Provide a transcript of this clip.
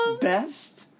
best